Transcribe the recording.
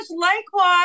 likewise